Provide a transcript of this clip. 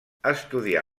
estudià